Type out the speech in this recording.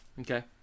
Okay